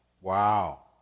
Wow